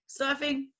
Surfing